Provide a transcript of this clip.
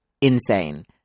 insane